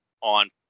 on